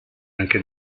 anche